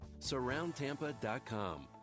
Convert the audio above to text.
SurroundTampa.com